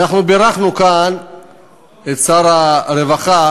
ואנחנו בירכנו כאן את שר הרווחה